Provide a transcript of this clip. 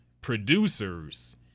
producers